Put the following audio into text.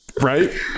Right